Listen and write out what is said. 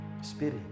Spirit